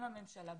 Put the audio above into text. עם הממשלה,